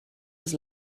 was